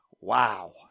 Wow